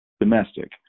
Domestic